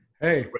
Hey